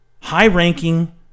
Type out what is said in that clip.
high-ranking